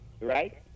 right